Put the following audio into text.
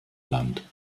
land